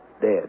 dead